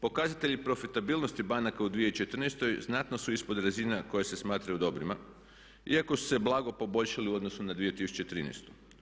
Pokazatelji profitabilnosti banaka u 2014. znatno su ispod razina koje se smatraju dobrima iako su se blago poboljšali u odnosu na 2013.